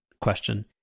question